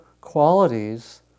qualities